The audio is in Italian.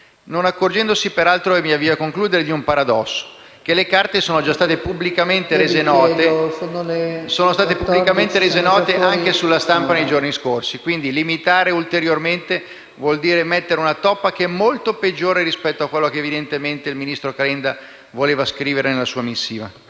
non accorgendosi peraltro di un paradosso, cioè che le carte sono già state pubblicamente rese note, anche sulla stampa, nei giorni scorsi. Quindi limitare ulteriormente vuol dire mettere una toppa che è molto peggiore rispetto a quello che evidentemente il ministro Calenda voleva scrivere nella sua missiva.